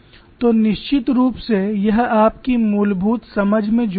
तो निश्चित रूप से यह आपकी मूलभूत समझ में जोड़ता है